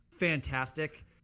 Fantastic